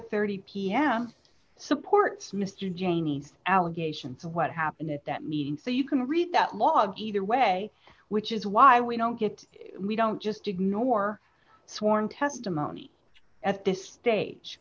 thirty pm supports mr janey allegations of what happened at that meeting so you can read that log either way which is why we don't get we don't just ignore sworn testimony at this stage